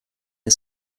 are